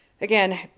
again